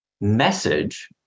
message